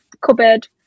cupboard